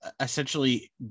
essentially